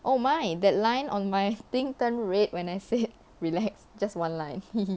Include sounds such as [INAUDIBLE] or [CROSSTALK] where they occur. oh my that line on my thing turn red when I said relax just one line [LAUGHS]